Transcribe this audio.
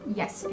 yes